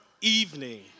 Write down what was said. evening